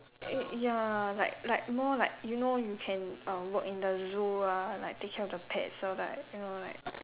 eh ya like like more like you know you can uh work in the zoo ah like take care of the pets so like you know like